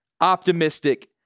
optimistic